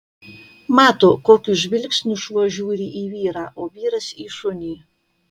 mato kokiu žvilgsniu šuo žiūri į vyrą o vyras į šunį